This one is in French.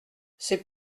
c’est